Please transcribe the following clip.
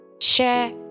share